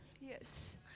yes